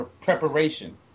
preparation